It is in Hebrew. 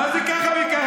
מה זה ככה וככה?